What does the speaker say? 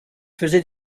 faisait